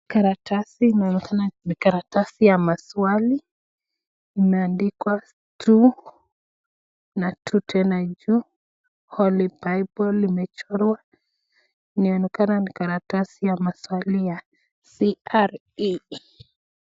Karatasi inaonekana ni Karatasi ya maswali imeandikwa 2 na 2 tena juu Holy Bible imechorwa inaonekana ni Karatasi ya maswali ya CRE.